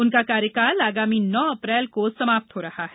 उनका कार्यकाल आगामी नौ अप्रैल को समाप्त हो रहा है